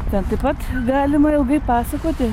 ten taip pat galima ilgai pasakoti